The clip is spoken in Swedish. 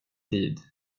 tid